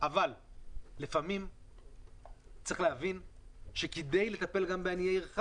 אבל לפעמים צריך להבין שכדי לטפל בעניי עירך